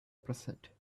present